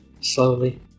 Slowly